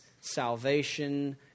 salvation